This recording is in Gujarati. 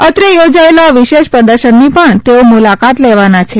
અત્રે યોજાયેલા વિશેષ પ્રદર્શનની પણ તેઓ મુલાકાત લેવાના છે